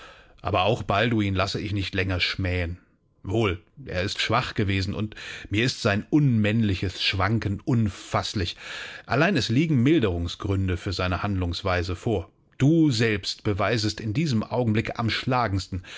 aber auch balduin lasse ich nicht länger schmähen wohl er ist schwach gewesen und mir ist sein unmännliches schwanken unfaßlich allein es liegen milderungsgründe für seine handlungsweise vor du selbst beweisest in diesem augenblicke am schlagendsten